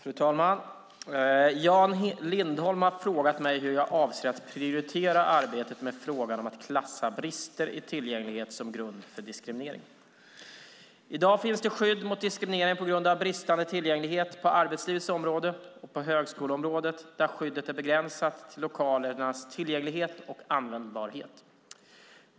Fru talman! Jan Lindholm har frågat mig hur jag avser att prioritera arbetet med frågan om att klassa brister i tillgänglighet som grund för diskriminering. I dag finns skydd mot diskriminering på grund av bristande tillgänglighet på arbetslivets område och på högskoleområdet där skyddet är begränsat till lokalernas tillgänglighet och användbarhet.